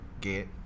get